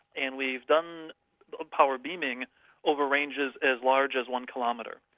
and we've done power beaming over ranges as large as one kilometre.